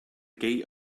gate